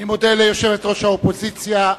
אני מודה ליושבת-ראש האופוזיציה,